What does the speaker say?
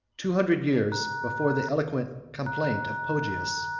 two hundred years before the eloquent complaint of poggius,